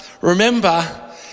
remember